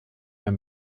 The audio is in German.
mehr